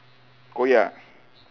koyak